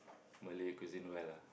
Malay cuisine well ah